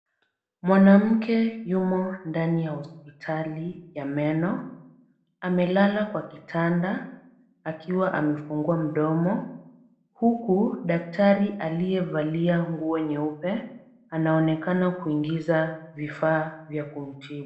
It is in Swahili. Mwanamke yumo ndani ya hospitali ya meno. Amelala kwa kitanda akiwa amefungua mdomo huku daktari aliyevalia nguo nyeupe, anaonekana kuingiza vifaa vya kumtibu.